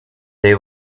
they